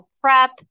prep